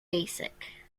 basic